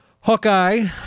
Hawkeye